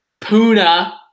Puna